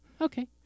Okay